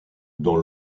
dans